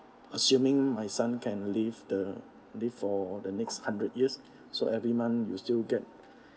assuming my son can live the live for the next hundred years so every month you still get